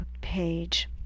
page